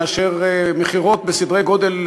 מאשר מכירות בסדרי גודל,